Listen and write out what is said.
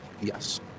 Yes